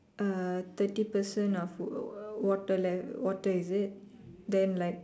uh thirty percent of food water level water is it then like